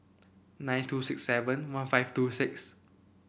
nine two six seven one five two six